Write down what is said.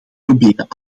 proberen